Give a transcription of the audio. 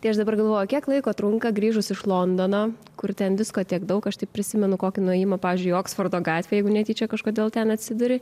tai aš dabar galvoju kiek laiko trunka grįžus iš londono kur ten visko tiek daug aš taip prisimenu kokį nuėjimą pavyzdžiui oksfordo gatve jeigu netyčia kažkodėl ten atsiduri